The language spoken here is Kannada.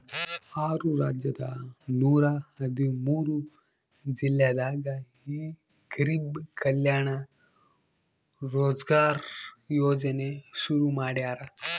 ಆರು ರಾಜ್ಯದ ನೂರ ಹದಿಮೂರು ಜಿಲ್ಲೆದಾಗ ಈ ಗರಿಬ್ ಕಲ್ಯಾಣ ರೋಜ್ಗರ್ ಯೋಜನೆ ಶುರು ಮಾಡ್ಯಾರ್